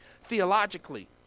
theologically